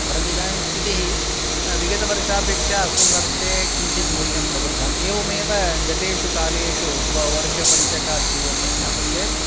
परन्तु इदानिं स्तितिः विगतवर्षापेक्षया अस्मिन् वर्षे किञ्चित् मूल्यं प्रवृद्धम् एवमेव गतेषु कालेषु वा वर्षपञ्चकात् पूर्वं पश्यामश्चेत्